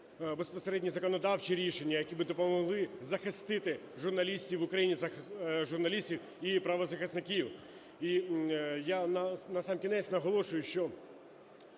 безпосередні в законодавчі рішення, які б допомогли захистити журналістів в Україні, журналістів і правозахисників. І я, насамкінець, наголошую, що